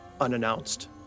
unannounced